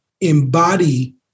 embody